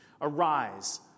Arise